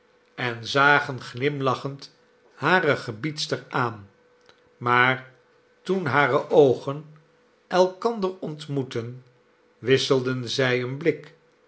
en zagen glimlachend hare gebiedster aan maar toen hare oogen elkander ontmoetten wisselden zij een blik